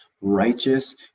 righteous